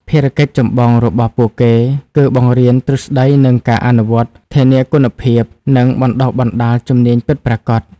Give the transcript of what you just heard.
ភារកិច្ចចម្បងរបស់ពួកគេគឺ បង្រៀនទ្រឹស្ដីនិងការអនុវត្តន៍ ធានាគុណភាព និងបណ្តុះបណ្តាលជំនាញពិតប្រាកដ។